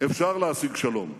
אפשר להשיג שלום.